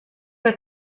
que